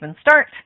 start